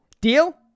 Deal